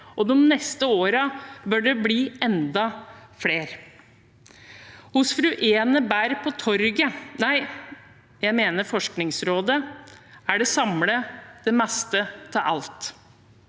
og de neste årene bør det bli enda flere. «Hos fru Enebær på torget», nei, jeg mener Forskningsrådet, er det samlet, det meste av alt.